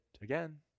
again